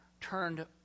Turned